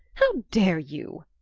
how dare you?